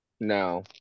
No